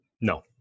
No